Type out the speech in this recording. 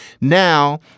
Now